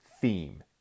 theme